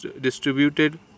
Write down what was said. distributed